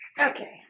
Okay